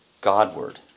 Godward